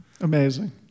Amazing